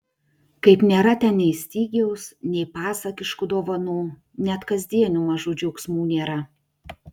kaip nėra ten nei stygiaus nei pasakiškų dovanų net kasdienių mažų džiaugsmų nėra